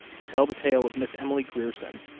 who tell the tale of miss emily grierson,